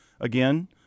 Again